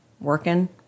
working